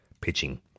pitching